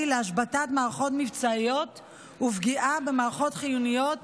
להשבתת מערכות מבצעיות ופגיעה במערכות חיוניות